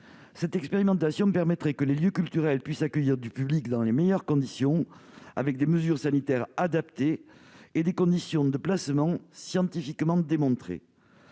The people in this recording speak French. Cette expérimentation permettrait que les lieux culturels puissent accueillir du public dans les meilleures conditions, avec des mesures sanitaires adaptées et des conditions de placement scientifiquement démontrées.